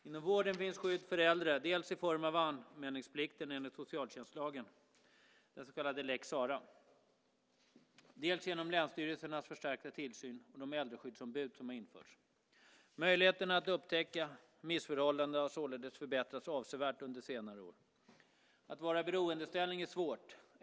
Inom vården finns skydd för äldre dels i form av anmälningsplikten enligt socialtjänstlagen, den så kallade lex Sarah, dels genom länsstyrelsernas förstärkta tillsyn och de äldreskyddsombud som har införts. Möjligheterna att upptäcka missförhållanden har således förbättrats avsevärt under senare år. Att vara i beroendeställning är svårt.